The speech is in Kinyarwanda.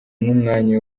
n’umwanya